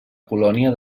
colònia